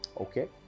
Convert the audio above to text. Okay